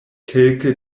kelke